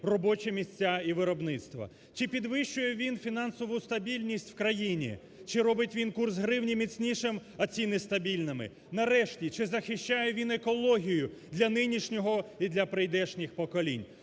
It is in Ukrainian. робочі місця і виробництва? Чи підвищує він фінансову стабільність в країні? Чи робить він курс гривні міцнішим, а ціни стабільними? Нарешті, чи захищає він екологію для нинішнього і для прийдешніх поколінь?